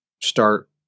start